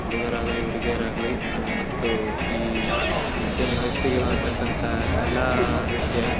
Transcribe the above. ಹುಡುಗರಾಗಲಿ ಹುಡುಗಿಯರಾಗಲಿ ಮತ್ತು ಈ ಮಾಧ್ಯಮ ವಯಸ್ಸಿಗೆ ಬರ್ತಕ್ಕಂಥ ಎಲ್ಲಾ ರೀತಿಯ